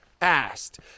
asked